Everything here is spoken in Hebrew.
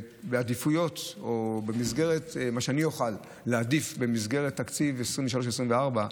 בעדיפויות ובמסגרת מה שאוכל להעדיף בתקציב 2024-2023,